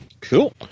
Cool